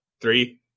Three